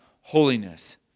holiness